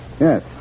Yes